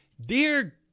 dear